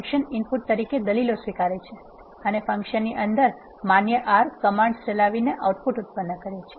function input તરીકે દલીલો સ્વીકારે છે અને ફંક્શનની અંદર માન્ય R કમાન્ડ્સ ચલાવીને આઉટપુટ ઉત્પન્ન કરે છે